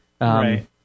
right